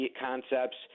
concepts